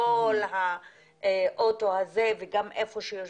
כל האוטו הזה וגם איפה שיושבים,